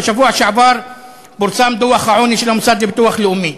בשבוע שעבר פורסם דוח העוני של המוסד לביטוח לאומי,